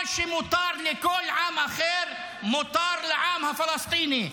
מה שמותר לכל עם אחר, מותר לעם הפלסטיני.